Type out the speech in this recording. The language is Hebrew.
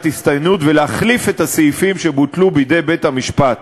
הסתננות ולהחליף את הסעיפים שבוטלו בידי בית-המשפט.